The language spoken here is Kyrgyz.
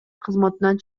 кызматынан